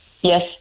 Yes